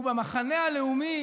ובמחנה הלאומי